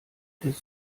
des